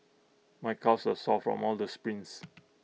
my calves are sore from all the sprints